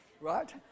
Right